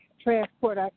transport